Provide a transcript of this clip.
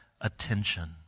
attention